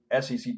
SEC